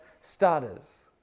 starters